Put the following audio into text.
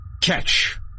Catch